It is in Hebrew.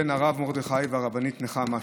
בן הרב מרדכי והרבנית נחמה,